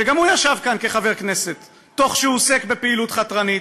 שגם הוא ישב כאן כחבר כנסת תוך שהוא עוסק בפעילות חתרנית,